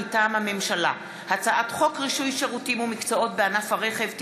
מטעם הממשלה: הצעת חוק רישוי שירותים ומקצועות בענף הרכב (תיקון),